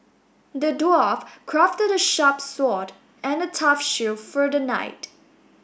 the dwarf crafted a sharp sword and a tough shield for the knight